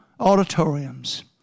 auditoriums